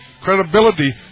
credibility